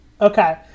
Okay